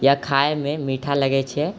इएह खाइमे मीठा लगए छै